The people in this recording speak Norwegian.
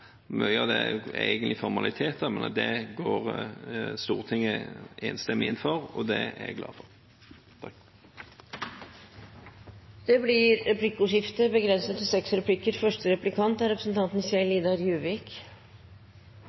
mye av det er egentlig formaliteter – går Stortinget enstemmig inn for. Det er jeg glad for. Det blir replikkordskifte. Det stemmer at vi i hovedsak er